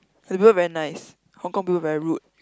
the people very nice Hong Kong people very rude